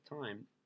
time